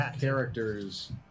characters